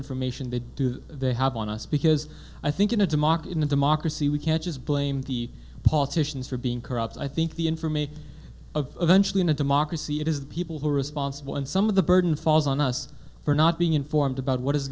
information they do they have on us because i think in a democracy a democracy we can't just blame the politicians for being corrupt i think the information of in a democracy it is the people who are responsible and some of the burden falls on us for not being informed about what is